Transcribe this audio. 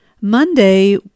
Monday